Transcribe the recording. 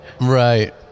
Right